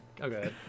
okay